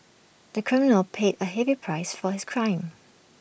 the criminal paid A heavy price for his crime